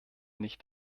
nicht